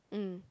mm